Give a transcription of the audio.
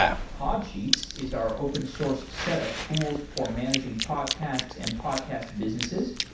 podsheets is our open source set of tools for managing podcasts and podcast businesses.